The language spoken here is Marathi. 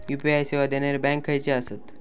यू.पी.आय सेवा देणारे बँक खयचे आसत?